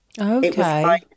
Okay